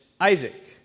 Isaac